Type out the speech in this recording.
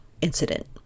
incident